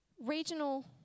regional